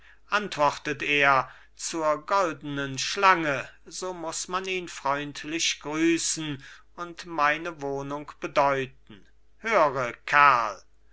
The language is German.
antwortet er zur goldenen schlange so muß man ihn freundlich grüßen und meine wohnung bedeuten höre kerl